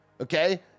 Okay